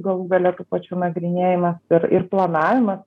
galų gale tų pačių nagrinėjimas ir ir planavimas